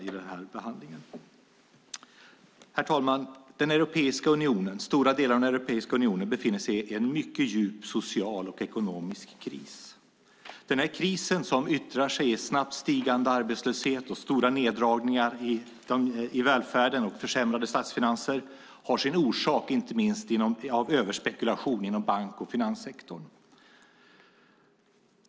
Herr talman! Stora delar av Europeiska unionen befinner sig i en mycket djup social och ekonomisk kris. Krisen, som yttrar sig i snabbt stigande arbetslöshet, stora neddragningar i välfärden och försämrade statsfinanser, har sin orsak inte minst i överspekulation inom bank och finanssektorn.